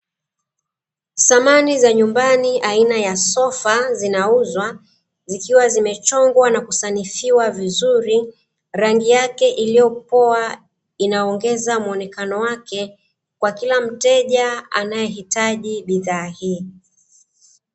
Samani za nyumbani aina ya sofa zinauzwa zikiwa zimechongwa na kusanifiwa vizuri, rangi yake iliyopoa inaongeza muonekano wake kwa kila mteja anayehitaji bidhaa hii.